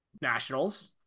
Nationals